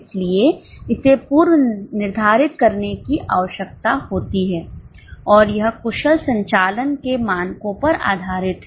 इसलिए इसे पूर्व निर्धारित करने की आवश्यकता होती है और यह कुशल संचालन के मानकों पर आधारित है